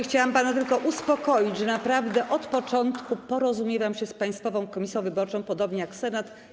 Chciałam tylko pana uspokoić, że naprawdę od początku porozumiewam się z Państwową Komisją Wyborczą, podobnie jak Senat.